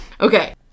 Okay